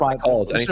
calls